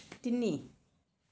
তিনি